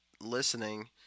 listening